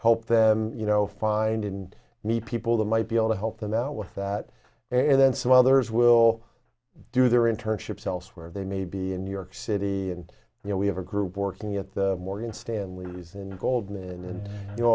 help them you know find and meet people that might be able to help them out with that and then some others will do their in turn shapes elsewhere they may be in new york city and you know we have a group working at the morgan stanleys and goldman and you know